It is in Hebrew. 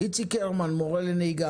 איציק הרמן מורה לנהיגה,